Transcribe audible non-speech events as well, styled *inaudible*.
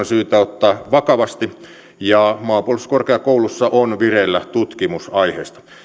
*unintelligible* syytä ottaa vakavasti maanpuolustuskorkeakoulussa on vireillä tutkimus aiheesta